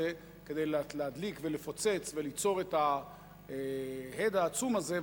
כדי להדליק ולפוצץ וליצור את ההד העצום הזה.